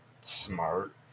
smart